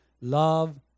love